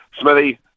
Smithy